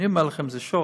אני אומר לכם, זה שוד.